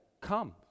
come